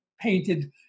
painted